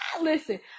listen